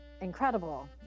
incredible